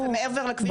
ומעבר לכביש,